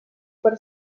per